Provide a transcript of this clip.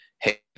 hey